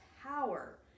power